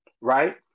right